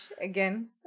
again